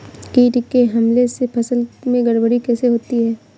कीट के हमले से फसल में गड़बड़ी कैसे होती है?